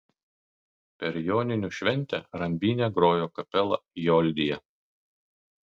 per joninių šventę rambyne grojo kapela joldija